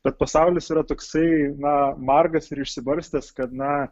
bet pasaulis yra toksai na margas ir išsibarstęs kad na